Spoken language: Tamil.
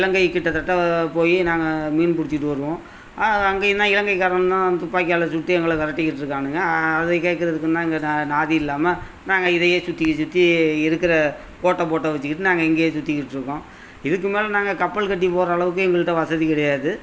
இலங்கை கிட்டத்தட்ட போயி நாங்கள் மீன் பிடிச்சிட்டு வருவோம் அங்கேயும் தான் இலங்கைக்காரன் தான் துப்பாக்கியால் சுட்டு எங்களை விரட்டிக்கிட்ருக்கானுங்க அதை கேட்கறதுக்குன்னா இங்கே நான் நாதி இல்லாமல் நாங்கள் இதையே சுற்றி சுற்றி இருக்கிற ஓட்ட போட்டை வச்சிக்கிட்டு நாங்கள் இங்கேயே சுற்றிக்கிட்ருக்கோம் இதுக்கு மேலே நாங்கள் கப்பல் கட்டி போகிற அளவுக்கு எங்கள்கிட்ட வசதி கிடையாது